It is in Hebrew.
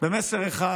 במסר אחד,